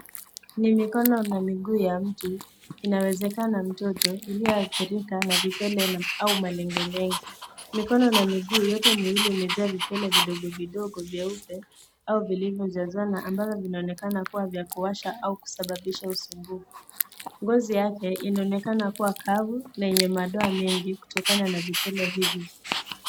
Ni mikono na miguu ya mtu inawezekana mtoto iliyoathirika na vipele au malengelenge. Mikono na miguu yote miwili imejaa vipele vidogo vidogo vyeupe au vilivyo jazana ambayo vinaonekana kuwasha au kusababisha usumbufu. Ngozi yake inaonekana kuwa kavu na yenye madoa kutokana na vipele hivi.